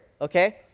okay